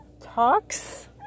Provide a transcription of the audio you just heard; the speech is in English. talks